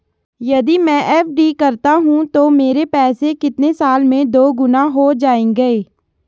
यदि मैं एफ.डी करता हूँ तो मेरे पैसे कितने साल में दोगुना हो जाएँगे?